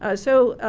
ah so,